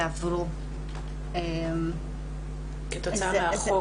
יעברו כתוצאה מהחוק.